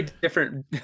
different